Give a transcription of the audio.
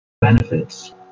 benefits